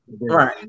Right